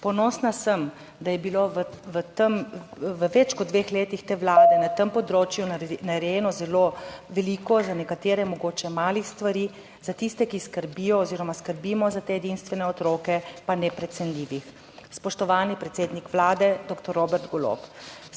Ponosna sem, da je bilo v več kot dveh letih te vlade na tem področju narejeno zelo veliko, za nekatere mogoče malih stvari, za tiste, ki skrbijo oziroma skrbimo za te edinstvene otroke, pa neprecenljivih. Spoštovani predsednik vlade dr. Robert Golob!